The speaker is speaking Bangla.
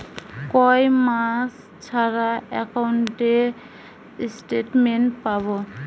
কয় মাস ছাড়া একাউন্টে স্টেটমেন্ট পাব?